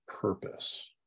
purpose